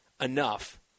enough